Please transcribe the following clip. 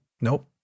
Nope